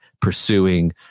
pursuing